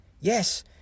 Yes